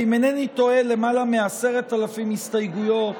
וגם, אם אינני טועה למעלה מ-10,000 הסתייגויות